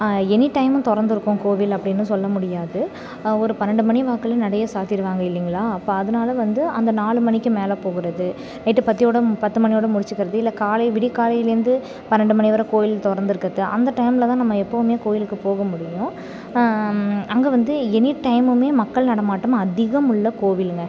any டைமும் திறந்துருக்கும் கோவில் அப்படின்னு சொல்ல முடியாது ஒரு பன்னெண்டு மணி வாக்கில் நடைய சாத்திடுவாங்க இல்லைங்களா அப்போ அதனால வந்து அந்த நாலு மணிக்கு மேலே போகிறது நைட்டு பத்தியோடம் பத்து மணியோடய முடிச்சிக்கிறது இல்லை காலை விடிய காலையிலேருந்து பன்னெண்டு மணி வர கோவில் திறந்துருக்கறது அந்த டைமில் தான் நம்ம எப்பவும் கோவிலுக்கு போக முடியும் அங்கே வந்து எனி டைமும் மக்கள் நடமாட்டம் அதிகம் உள்ள கோவிலுங்க